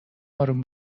آروم